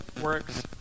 works